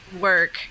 work